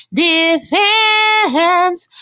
defense